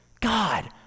God